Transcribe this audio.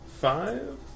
five